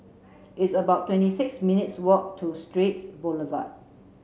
it's about twenty six minutes' walk to Straits Boulevard